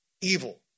evil